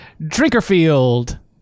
Drinkerfield